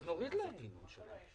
רק שנייה,